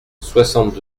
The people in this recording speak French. soixante